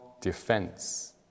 defense